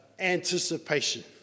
anticipation